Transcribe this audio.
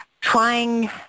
trying